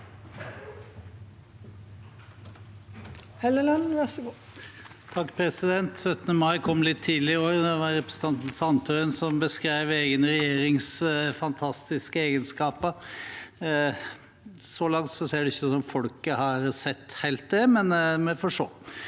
(H) 17. mai kom litt tidlig år – det var representanten Sandtrøen som beskrev egen regjerings fantastiske egenskaper. Så langt ser det ikke ut som om folket har sett det helt, men vi får se.